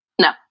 No